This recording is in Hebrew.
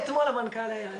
אמרו: אתמול המנכ"ל היה.